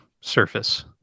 surface